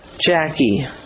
Jackie